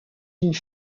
une